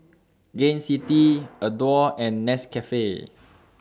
Gain City Adore and Nescafe